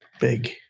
Big